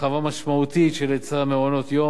הרחבה משמעותית של היצע מעונות-היום,